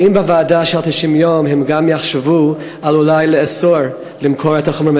האם בוועדה של 90 הימים הם גם יחשבו אולי לאסור את החומרים